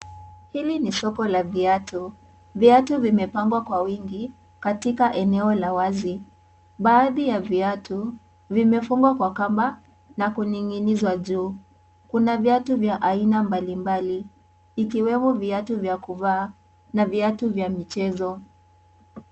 Hili ni soko la viatu ,viatu vimepangwa Kwa wingi katika eneo la wazi. Baadhi ya viatu vimefungwa Kamba na kuninginizwa juu. Kuna viatu vya aina mbalimbali ikiwemo viatu vya kuvaa na viatu vya mchezo.